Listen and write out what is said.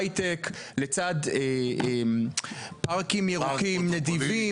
הייטק לצד פארקים ירוקים נדיבים,